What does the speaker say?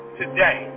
today